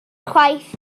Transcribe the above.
chwaith